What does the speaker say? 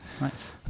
Nice